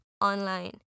online